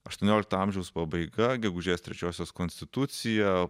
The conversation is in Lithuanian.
aštuoniolikto amžiaus pabaiga gegužės trečiosios konstitucija